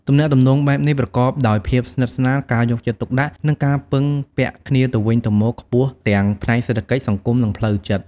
ទំនាក់ទំនងបែបនេះប្រកបដោយភាពស្និទ្ធស្នាល ការយកចិត្តទុកដាក់ និងការពឹងពាក់គ្នាទៅវិញទៅមកខ្ពស់ទាំងផ្នែកសេដ្ឋកិច្ច សង្គម និងផ្លូវចិត្ត។